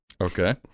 Okay